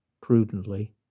prudently